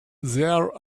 there